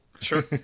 sure